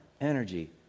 energy